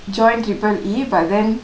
join tripe E but then